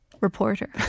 reporter